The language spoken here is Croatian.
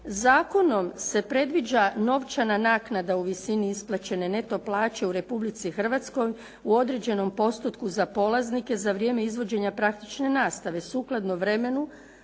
Zakonom se predviđa novčana naknada u visini isplaćene neto plaće u Republici Hrvatskoj u određenom postotku za polaznike za vrijeme izvođenja praktične nastave sukladno vremenu,